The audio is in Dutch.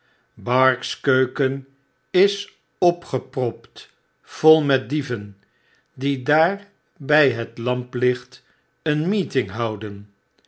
bark's keuken is opgepropt vol met dieven die daar by lamplicht een meeting houden